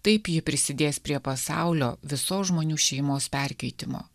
taip ji prisidės prie pasaulio visos žmonių šeimos perkeitimo